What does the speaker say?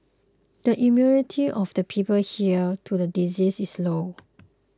the immunity of the people here to the disease is low